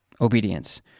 obedience